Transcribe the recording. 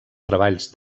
treballs